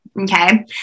Okay